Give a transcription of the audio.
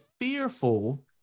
fearful